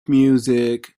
music